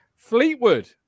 Fleetwood